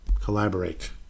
Collaborate